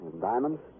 diamonds